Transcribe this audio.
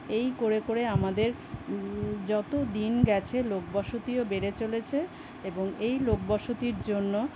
এই করে করে আমাদের যতো দিন গেছে লোকবসতিও বেড়ে চলেছে এবং এই লোকবসতির জন্য